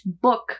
book